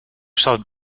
zat